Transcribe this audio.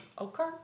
Okay